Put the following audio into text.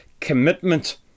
commitment